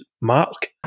Mark